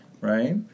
Right